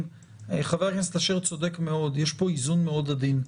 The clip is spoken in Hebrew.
חבר הכנסת אשר צודק מאוד, יש פה איזון מאוד עדין.